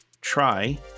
try